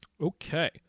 Okay